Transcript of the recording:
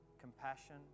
Compassion